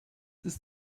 ist